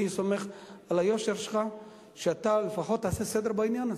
אני סומך על היושר שלך שתעשה סדר בעניין הזה,